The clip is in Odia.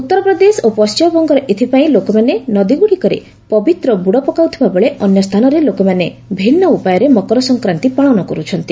ଉତ୍ତରପ୍ରଦେଶ ଓ ପଶ୍ଚିମବଙ୍ଗରେ ଏଥିପାଇଁ ଲୋକମାନେ ନଦୀଗୁଡ଼ିକରେ ପବିତ୍ର ବୁଡ଼ ପକାଉଥିବା ବେଳେ ଅନ୍ୟସ୍ଥାନରେ ଲୋକମାନେ ଭିନ୍ନ ଉପାୟରେ ମକର ସଂକ୍ରାନ୍ତି ପାଳନ କରୁଛନ୍ତି